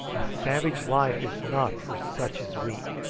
a savage life is not for such as we.